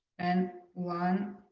and one,